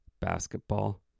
basketball